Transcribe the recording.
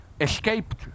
escaped